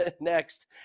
next